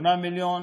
8 מיליון